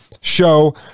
show